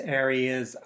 areas